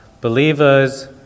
believers